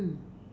mm